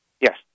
Yes